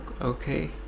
okay